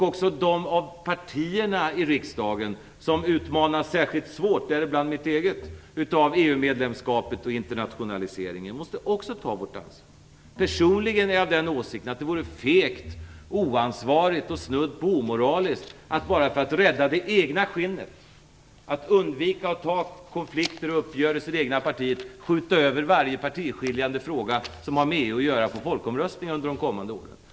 Också de av partierna i riksdagen som utmanas särskilt svårt - däribland mitt eget - utav EU medlemskapet och internationaliseringen måste också ta sitt ansvar. Personligen är jag av den åsikten att det vore fegt, oansvarigt och snudd på omoraliskt att bara för att rädda det egna skinnet, för att undvika att ta konflikter och uppgörelser i det egna partiet, skjuta över varje partiskiljande fråga som har med EU att göra till folkomröstningar under de kommande åren.